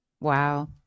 Wow